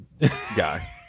guy